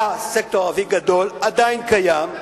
היה סקטור ערבי גדול, עדיין קיים,